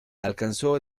alcanzó